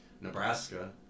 Nebraska